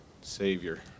Savior